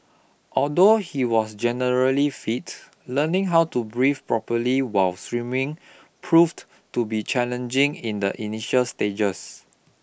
although he was generally fit learning how to breathe properly while swimming proved to be challenging in the initial stages